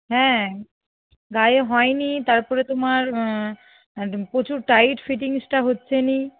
হ্যাঁ গায়ে হয়নি তারপরে তোমার প্রচুর টাইট ফিটিংসটা হচ্ছে না